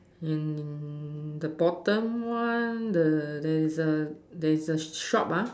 in the bottom one the there is a there is a shop ah